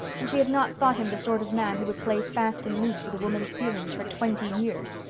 and she had not thought him the sort of man who would play fast and loose with a woman's feelings for twenty years.